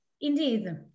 Indeed